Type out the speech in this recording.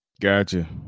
gotcha